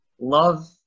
love